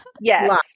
yes